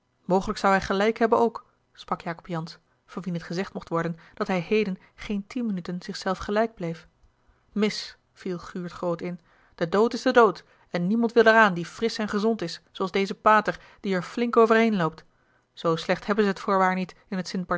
mogelijk zou hij gelijk hebben ook sprak jacob jansz van wien het gezegd mocht worden dat hij heden geen tien minuten zich zelf gelijk bleef mis viel guurt groot in de dood is de dood en niemand wil er aan die frisch en gezond is zooals deze pater die er flink over heen loopt zoo slecht hebben ze het voorwaar niet in het